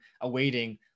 awaiting